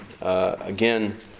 Again